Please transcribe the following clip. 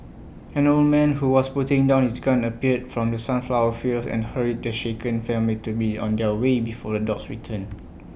an old man who was putting down his gun appeared from the sunflower fields and hurried the shaken family to be on their way before the dogs return